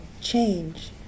change